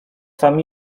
sam